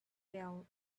fell